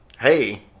hey